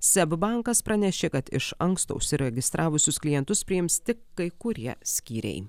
seb bankas pranešė kad iš anksto užsiregistravusius klientus priims tik kai kurie skyriai